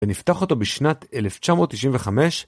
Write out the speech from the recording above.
ונפתח אותו בשנת 1995.